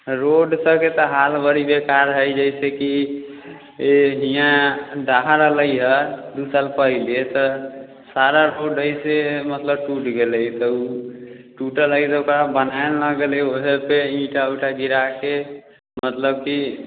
road सबके तऽ हालत बड़ी बेकार हइ जइसेकि हियाँ दहा रहलै हँ दू साल पहिले तऽ सारा रोडसँ मतलब टूटि गेलै तऽ ओ टूटल हइ ओकरा बनैले नहि गेलै ओहि सबके ईंटा उँटा गिराके मतलब की